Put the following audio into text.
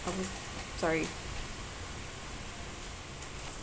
sorry